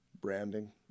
branding